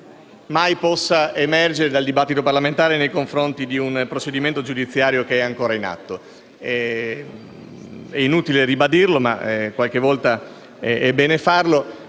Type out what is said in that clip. mai emergere dal dibattito parlamentare nei confronti di un procedimento giudiziario ancora in atto. Inutile ribadire, ma qualche volta è bene farlo,